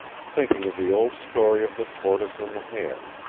thinking of the old story of the tortoise and the hare.